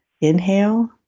inhale